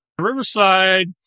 Riverside